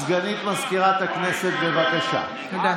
סגנית מזכירת הכנסת, בבקשה.